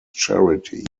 charity